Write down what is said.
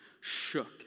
shook